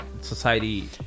society